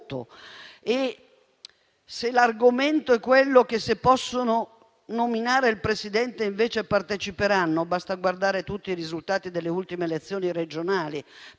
e se l'argomento è quello che, se i cittadini possono nominare il Presidente, allora parteciperanno, basta guardare tutti i risultati delle ultime elezioni regionali